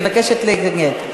מבקשת להתנגד,